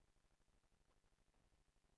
הישיבה הישיבה הבאה תתקיים ביום שני,